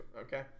okay